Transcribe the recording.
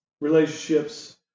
relationships